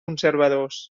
conservadors